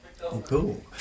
Cool